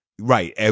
Right